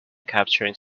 capturing